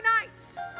nights